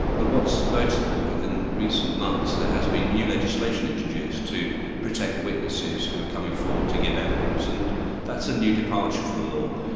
but what's noticeable within recent months, there has been new legislation introduced to protect witnesses who are coming forward to give evidence, and that's a new departure for the law.